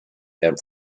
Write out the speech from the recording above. and